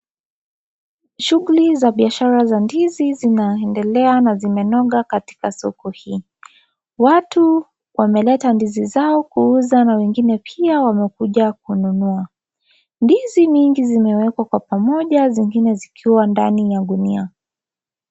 Shhughuli za biashara za ndizi zinaendeleana zimenoga katika soko hili watu wameleta ndizi zao kuuza na wengine pia wamekuja kununua, ndizi mingi zimewekwa Kwa pamoja, zingine zikiwa ndani ya gunia.